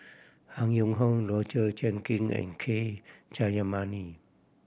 Han Yong Hong Roger Jenkin and K Jayamani